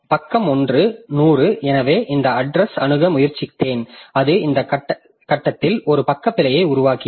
பக்கம் 1 100 எனவே இந்த அட்ரஸ் அணுக முயற்சித்தேன் அது இந்த கட்டத்தில் ஒரு பக்க பிழையை உருவாக்கியது